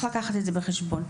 ויש לקחת זאת בחשבון.